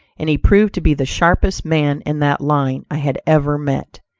and he proved to be the sharpest man in that line i had ever met.